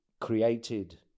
created